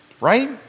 Right